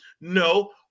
no